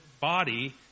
body